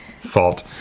fault